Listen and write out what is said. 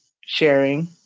sharing